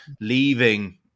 leaving